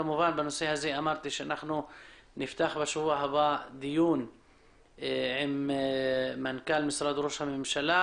בשבוע הבא נפתח דיון בנושא הזה עם מנכ"ל משרד ראש הממשלה,